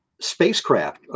spacecraft